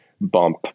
bump